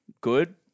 good